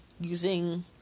using